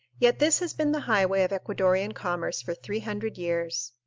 yet this has been the highway of ecuadorian commerce for three hundred years.